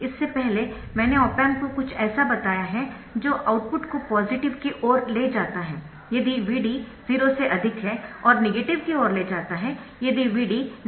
इससे पहले मैंने ऑप एम्प को कुछ ऐसा बताया है जो आउटपुट को पॉजिटिव की ओर ले जाता है यदि Vd 0 से अधिक है और नेगेटिव की ओर ले जाता है यदि Vd 0